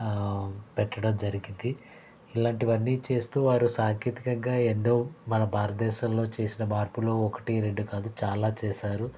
పెట్టడం జరిగింది ఇలాంటివన్నీ చేస్తూ వారు సాంకేతికంగా ఎన్నో మన భారతదేశంలో చేసిన మార్పులు ఒకటి రెండు కాదు చాలా చేశారు